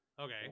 Okay